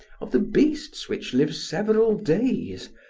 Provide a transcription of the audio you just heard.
of the feasts which live several days,